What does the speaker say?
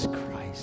Christ